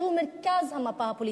שהיא מרכז המפה הפוליטית.